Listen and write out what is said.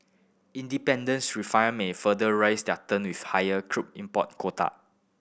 independents refiner may further raise their run with higher crude import quota